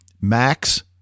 Max